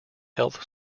health